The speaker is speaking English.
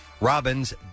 Robins